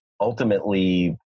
ultimately